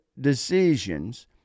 decisions